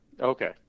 okay